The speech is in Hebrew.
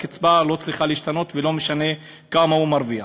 הקצבה לא צריכה להשתנות, ולא משנה כמה הוא מרוויח.